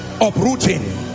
Uprooting